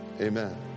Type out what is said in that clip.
Amen